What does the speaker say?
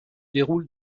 déroule